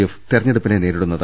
F തെരഞ്ഞെടുപ്പിനെ നേരിടുന്നത്